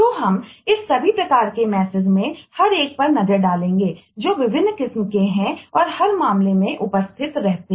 तो हम इस सभी प्रकार के मैसेज में से हर एक पर नजर डालेंगे जो विभिन्न किस्म के हैं और हर मामले में उपस्थित रहते हैं